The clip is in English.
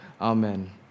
Amen